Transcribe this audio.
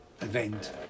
event